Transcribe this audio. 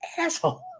asshole